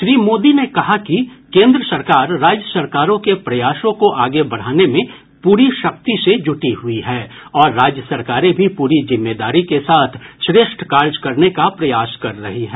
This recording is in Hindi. श्री मोदी ने कहा कि केन्द्र सरकार राज्य सरकारों के प्रयासों को आगे बढ़ाने में पूरी शक्ति से जुटी हुई है और राज्य सरकारें भी पूरी जिम्मेदारी के साथ श्रेष्ठ कार्य करने का प्रयास कर रही हैं